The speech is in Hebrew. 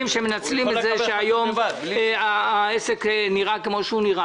שמנצלים את זה שהיום העסק נראה כמו שהוא נראה.